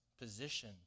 position